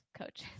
coach